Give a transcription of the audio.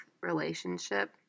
relationship